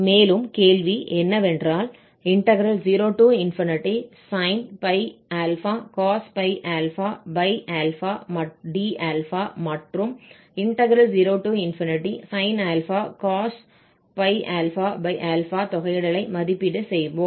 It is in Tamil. மேலும் கேள்வி என்னவென்றால் 0sin πα cos πα d∝ மற்றும் 0sin πα cos πα d∝ தொகையிடலை மதிப்பீடு செய்வோம்